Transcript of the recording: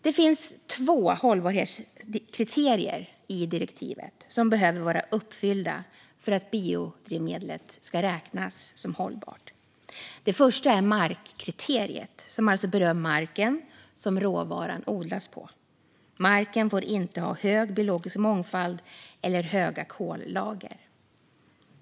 Det finns två hållbarhetskriterier i direktivet som behöver vara uppfyllda för att biodrivmedlet ska räknas som hållbart. Det första är markkriteriet, som alltså rör marken som råvaran odlas på. Marken får inte ha hög biologisk mångfald eller höga kollager.